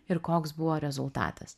ir koks buvo rezultatas